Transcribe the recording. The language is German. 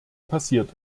passiert